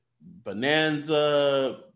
bonanza